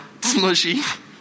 smushy